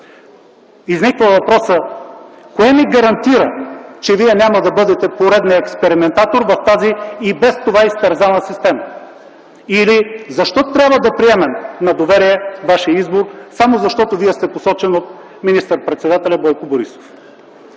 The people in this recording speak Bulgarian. Изниква въпросът: кое ни гарантира, че Вие няма да бъдете поредният експериментатор в тази и без това изтерзана система?! Или: защо трябва да приемем на доверие Вашия избор, само защото Вие сте посочен от министър-председателя Бойко Борисов?!